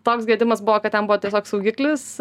toks gedimas buvo kad ten buvo tiesiog saugiklis